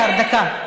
אדוני השר, דקה.